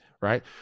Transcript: Right